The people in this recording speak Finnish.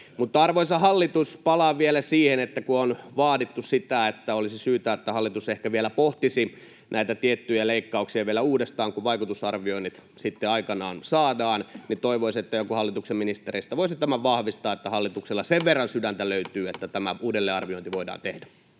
arvoisa hallitus, palaan vielä siihen, kun on vaadittu, että olisi syytä, että hallitus ehkä vielä pohtisi näitä tiettyjä leikkauksia uudestaan, kun vaikutusarvioinnit sitten aikanaan saadaan. Toivoisin, että joku hallituksen ministereistä voisi tämän vahvistaa, että hallituksella sen verran sydäntä löytyy, että tämä uudelleenarviointi voidaan tehdä.